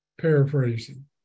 Paraphrasing